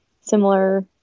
similar